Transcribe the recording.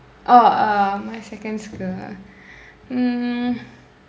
oh um my second skill ah hmm